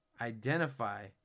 Identify